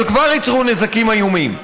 אבל כבר ייצרו נזקים איומים.